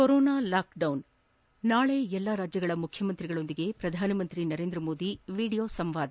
corona lockdown ನಾಳೆ ಎಲ್ಲಾ ರಾಜ್ಯಗಳ ಮುಖ್ಯಮಂತ್ರಿಗಳೊಂದಿಗೆ ಪ್ರಧಾನಮಂತ್ರಿ ನರೇಂದ್ರಮೋದಿ ವಿಡಿಯೋ ಸಂವಾದ